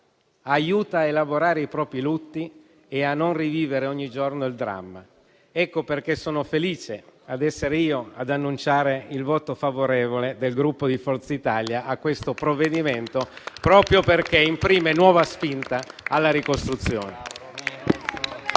aiuta a elaborare i propri lutti e a non rivivere ogni giorno il dramma. Ecco perché sono felice di essere io ad annunciare il voto favorevole del Gruppo di Forza Italia a questo provvedimento che imprime nuova spinta alla ricostruzione.